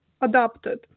adapted